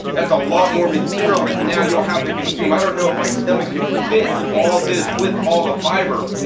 that's a lot more material that now you'll have to consume. i don't know if my stomach could fit all this with all the fiber,